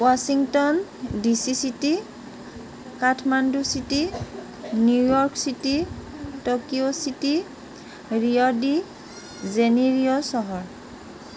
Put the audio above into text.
Washington D C city Kathmandu city New York city Tokyo city Rio de Janeiro চহৰ